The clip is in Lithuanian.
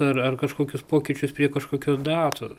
ar ar kažkokius pokyčius prie kažkokios datos